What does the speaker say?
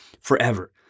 forever